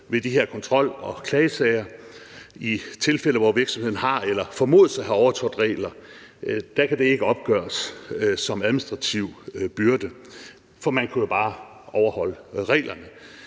ved de her kontrol- og klagesager i tilfælde, hvor virksomhederne har eller formodes at have overtrådt regler, ikke kan opgøres som en administrativ byrde, for man kunne bare overholde reglerne.